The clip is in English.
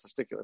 testicular